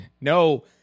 No